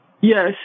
Yes